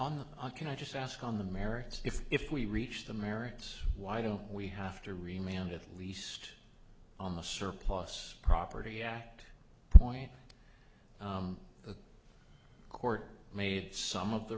on the can i just ask on the merits if if we reach the merits why don't we have to remember at least on the surplus property act point the court made some of the